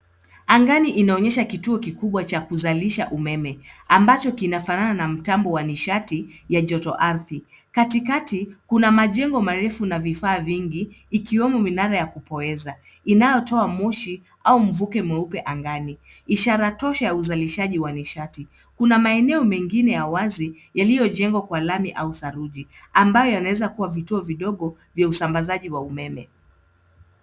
Angani inaonyesha kituo kikubwa cha kuzalisha umeme ambacho kinafanana na mtambo wa nishati wa joto ardhi. Katikati kuna majengo marefu na vifaa vingi ikiwemo minara ya kupoeza inayotoa moshi au mvuke angani, ishara tosha ya uzalishaji wa nishati. Kuna maeneo mengine ya wazi yaliyojenywa kwa lami au saruji ambayo yanaweza kuwa vituo vidogo vya usambazaji wa umeme.